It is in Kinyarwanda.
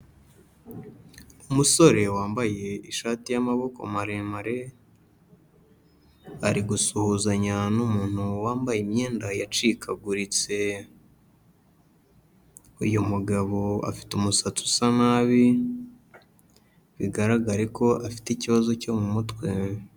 Umusore wambaye ishati y'amaboko maremare, ari gusuhuzanya n'umuntu wambaye imyenda yacikaguritse, uyu mugabo afite umusatsi usa nabi bigaragare ko afite ikibazo cyo mu mutwe.